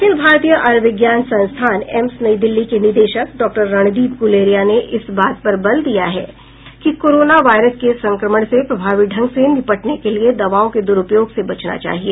अखिल भारतीय आयुर्विज्ञान संस्थान एम्स नई दिल्ली के निदेशक डॉ रणदीप गुलेरिया ने इस बात पर बल दिया है कि कोरोना वायरस के संक्रमण से प्रभावी ढंग से निपटने के लिए दवाओं के दुरुपयोग से बचना चाहिए